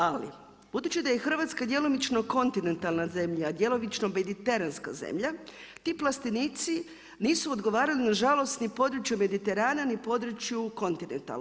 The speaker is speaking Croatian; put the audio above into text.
Ali budući da je Hrvatska djelomično kontinentalna zemlja, a djelomično mediteranska zemlja ti plastenici nisu odgovarali na žalost ni području Mediterana, ni području kontinentalnog.